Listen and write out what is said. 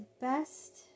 best